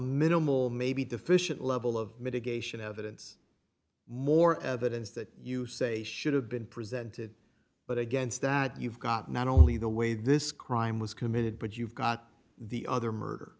minimal maybe deficient level of mitigation evidence more evidence that you say should have been presented but against that you've got not only the way this crime was committed but you've got the other murder